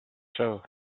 show